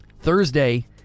Thursday